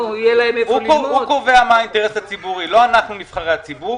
הוא קובע מה האינטרס הציבורי לא אנחנו נבחרי הציבור.